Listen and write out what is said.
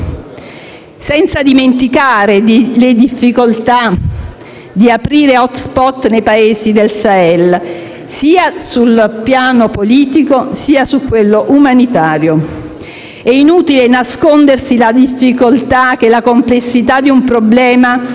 senza dimenticare le difficoltà di aprire *hotspot* nei Paesi del Sahel, sul piano sia politico, che umanitario. È inutile nascondersi la difficoltà e la complessità di un problema